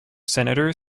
senator